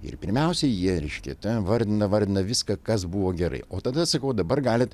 ir pirmiausia jie reiškia ta vardina vardina viską kas buvo gerai o tada sakau dabar galit